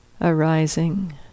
arising